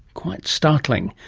quite startling!